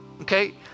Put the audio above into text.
Okay